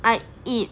I eat